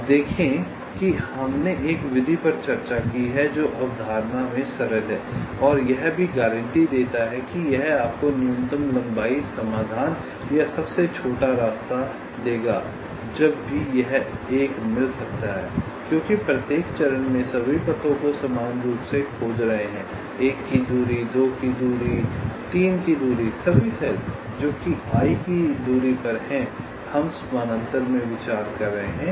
अब देखें कि हमने एक विधि पर चर्चा की है जो अवधारणा में सरल है और यह भी गारंटी देता है कि यह आपको न्यूनतम लंबाई समाधान या सबसे छोटा रास्ता देगा जब भी यह एक मिल सकता है क्योंकि आप प्रत्येक चरण में सभी पथों को समान रूप से खोज रहे हैं 1 की दूरी 2 की दूरी 3 की दूरी सभी सेल जो कि i की दूरी पर हैं हम समानांतर में विचार कर रहे हैं